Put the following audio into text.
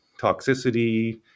toxicity